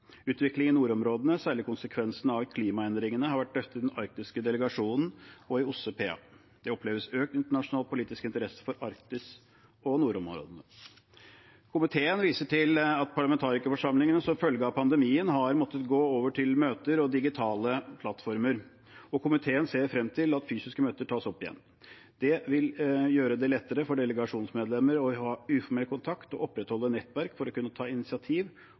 i nordområdene, særlig konsekvensene av klimaendringene, har vært drøftet i den arktiske delegasjonen og i OSSE PA. Det oppleves økt internasjonal politisk interesse for Arktis og nordområdene. Komiteen viser til at parlamentarikerforsamlingene som følge av pandemien har måttet gå over til møter på digitale plattformer, og komiteen ser frem til at fysiske møter tas opp igjen. Det vil gjøre det lettere for delegasjonens medlemmer å ha uformell kontakt og opprettholde nettverk for å kunne ta initiativ,